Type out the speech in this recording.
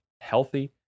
healthy